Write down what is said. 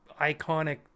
iconic